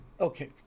Okay